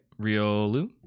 Riolu